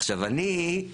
עכשיו, אני,